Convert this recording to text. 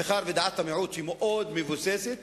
ומאחר שדעת המיעוט היא מאוד מבוססת,